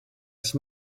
sich